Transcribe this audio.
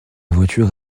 voiture